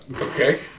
Okay